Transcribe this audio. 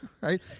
Right